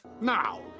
Now